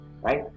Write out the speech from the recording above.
right